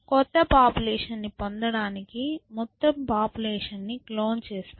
క్రొత్త పాపులేషన్ ని పొందడానికి మొత్తం పాపులేషన్ ని క్లోన్ చేస్తాము